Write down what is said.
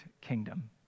kingdom